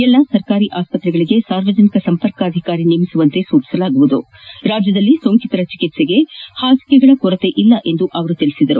ಎಲ್ಲಾ ಸರ್ಕಾರಿ ಆಸ್ಪತ್ರೆಗಳಿಗೆ ಸಾರ್ವಜನಿಕ ಸಂಪರ್ಕಾಧಿಕಾರಿ ನೇಮಿಸುವಂತೆ ಸೂಚಿಸಲಾಗುವುದು ರಾಜ್ಯದಲ್ಲಿ ಸೋಂಕಿತರ ಚಿಕಿತ್ಸೆಗೆ ಹಾಸಿಗೆಗಳ ಕೊರತೆ ಇಲ್ಲ ಎಂದು ಅವರು ಹೇಳಿದರು